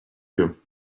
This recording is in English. you